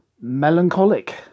melancholic